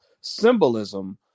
symbolism